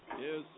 Yes